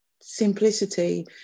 simplicity